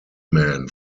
man